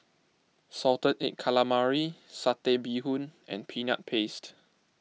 Salted Egg Calamari Satay Bee Hoon and Peanut Paste